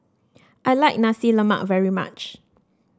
I like Nasi Lemak very much